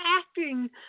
acting